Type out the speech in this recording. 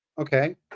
Okay